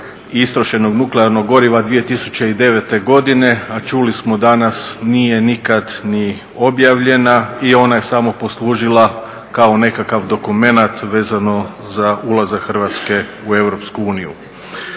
istrošenog nuklearnog goriva 2009. godine, a čuli smo danas nije nikad ni objavljena i ona je samo poslužila kao nekakav dokumenat vezano za ulazak Hrvatske u EU.